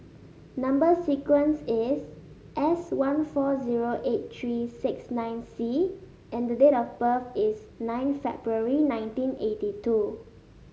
number sequence is S one four zero eight three six nine C and the date of birth is nine February nineteen eighty two